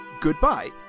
goodbye